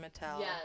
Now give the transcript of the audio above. Mattel